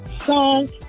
song